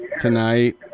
tonight